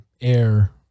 air